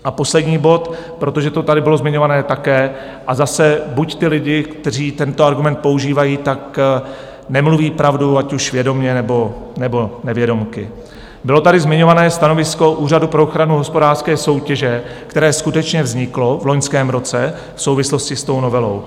A poslední bod, protože to tady bylo zmiňováno také a zase buď ti lidé, kteří tento argument používají, nemluví pravdu, ať už vědomě, nebo nevědomky bylo tady zmiňováno stanovisko Úřadu pro ochranu hospodářské soutěže, které skutečně vzniklo v loňském roce v souvislosti s tou novelou.